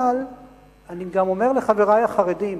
אבל אני גם אומר לחברי החרדים: